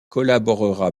collaborera